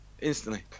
instantly